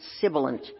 sibilant